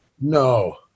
No